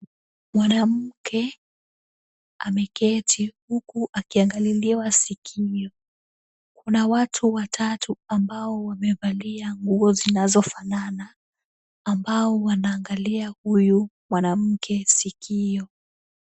Mwanamke ameketi huku akiangaliliwa sikio. Kuna watu watatu ambao wamevalia nguo zinazofanana, ambao wanaangalia huyu mwanamke sikio.